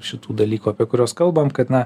šitų dalykų apie kuriuos kalbam kad na